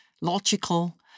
logical